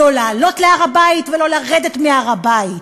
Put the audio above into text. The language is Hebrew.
לא לעלות להר-הבית ולא לרדת מהר-הבית.